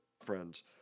friends